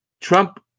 Trump